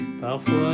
Parfois